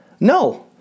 No